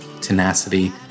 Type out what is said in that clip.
tenacity